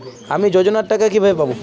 আমি যোজনার টাকা কিভাবে পাবো?